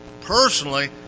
Personally